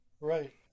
right